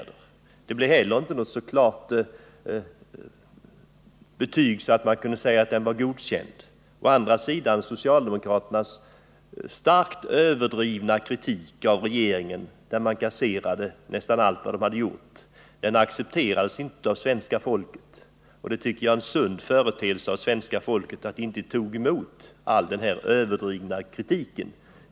Det blev inte heller ett klart godkännande. Men socialdemokraternas starkt överdrivna kritik av regeringen, där man kasserade nästan allt vad den gjorde, accepterades inte av svenska folket. Jag tycker det var sunt av folket att inte ta emot denna överdrivna kritik.